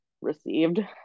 received